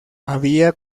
había